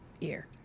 year